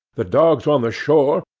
the dogs on the shore,